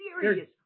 serious